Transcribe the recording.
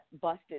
busted